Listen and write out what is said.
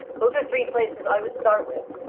those are three places i would start with.